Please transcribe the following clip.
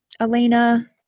Elena